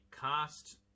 cast